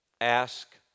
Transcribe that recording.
ask